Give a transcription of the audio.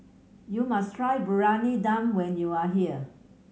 you must try Briyani Dum when you are here